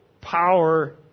Power